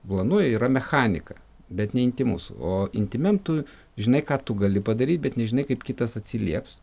planuoja yra mechanika bet ne intymus o intymiam tu žinai ką tu gali padaryt bet nežinai kaip kitas atsilieps